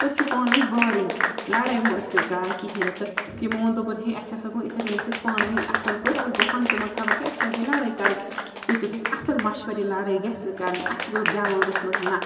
تُہۍ چھُو پانہٕ ؤنۍ بارٕنۍ لڑٲے مہٕ ٲسِو کران کِہیٖنۍ نہٕ تہٕ تِمو ووٚن دوٚپُن ہے اَسہِ ہسا گوٚو یِتھَے کٔنۍ أسۍ ٲسۍ پانہٕ ؤنۍ اَصٕل پٲٹھۍ اَسہِ گوٚو ہنٛگتہٕ منٛگہٕ خبر کیٛاہ اَسہِ لاجے لڑٲے کَرٕنۍ ژےٚ دیُتُتھ اَسہِ اَصٕل مَشوَر یہِ لَڑٲے گژھِ نہٕ کَرٕنۍ اَسہِ تہِ توٚر دٮ۪ماغَس منٛز نہ